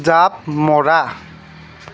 জাঁপ মৰা